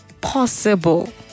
possible